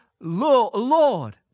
Lord